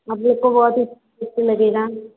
आप लोग को बहुत ही लगेगा